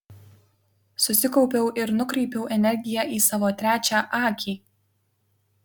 susikaupiau ir nukreipiau energiją į savo trečią akį